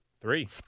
Three